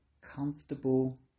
comfortable